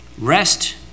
Rest